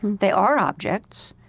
they are objects.